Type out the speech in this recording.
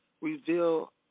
reveal